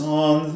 on